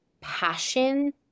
passion